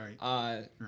Right